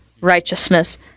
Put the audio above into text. righteousness